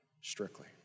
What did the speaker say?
strictly